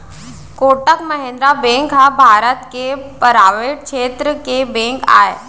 Kotak Mahindra bank ह भारत के private छेत्र के बेंक आय